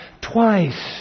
Twice